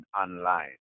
online